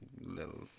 little